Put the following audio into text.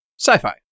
sci-fi